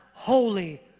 Holy